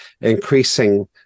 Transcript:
increasing